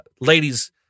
Ladies